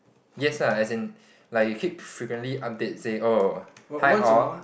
yes lah as in like you keep frequently update say oh hi all